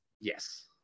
Yes